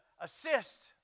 assist